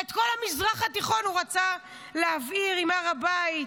את כל המזרח התיכון הוא רצה להבעיר עם הר הבית.